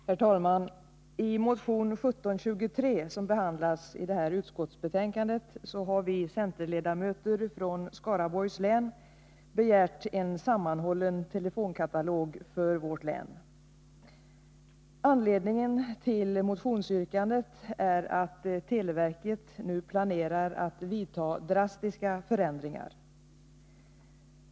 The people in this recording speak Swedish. Herr talman! I motion 1723, som behandlas i detta utskottsbetänkande, har vi centerledamöter från Skaraborgs län begärt en sammanhållen telefonkatalog för vårt län. Anledningen till motionsyrkandet är att televerket nu planerar att vidta drastiska förändringar.